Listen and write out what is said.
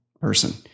person